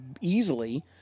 easily